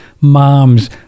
moms